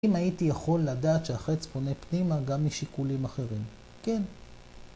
אם הייתי יכול לדעת שהחץ פונה פנימה גם משיקולים אחרים. כן.